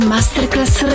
Masterclass